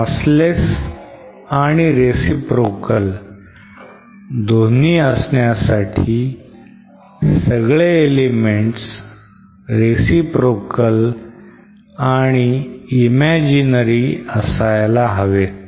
lossless आणि reciprocal दोन्ही असण्यासाठी सगळे elements reciprocal आणि imaginary असायला हवेत